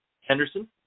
Henderson